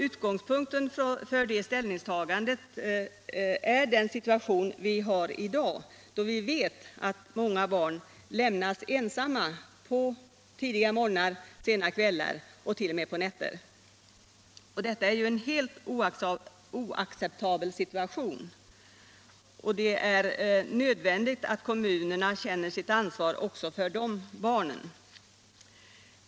Utgångspunkten för ställningstagandet är den situation vi har i dag, då man vet att många barn lämnas ensamma sena kvällar och tidiga morgnar, ja t.o.m. under nätter. Detta är en helt oacceptabel situation. Det är nödvändigt att kommunerna känner sitt ansvar för också dessa barn.